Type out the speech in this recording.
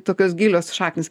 tokios gilios šaknys